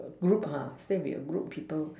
group ha stay with a group of people